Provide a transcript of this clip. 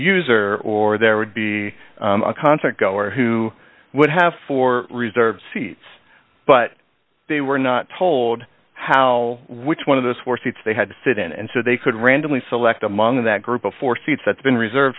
user or there would be a concert goer who would have four reserved seats but they were not told how which one of those four seats they had to sit in and so they could randomly select among that group of four seats that's been reserved